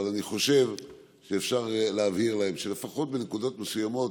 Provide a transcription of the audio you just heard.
אבל אני חושב שאפשר להבהיר להם שלפחות בנקודות מסוימות